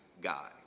guy